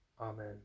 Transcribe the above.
Amen